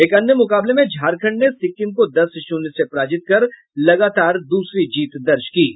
एक अन्य मुकाबले में झारखण्ड ने सिक्किम को दस शून्य से पराजित कर लगातार दूसरी जीत दर्ज की है